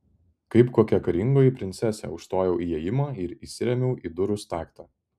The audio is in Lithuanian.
kaip kokia karingoji princesė užstojau įėjimą ir įsirėmiau į durų staktą